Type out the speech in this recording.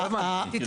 לא הבנתי.